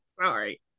sorry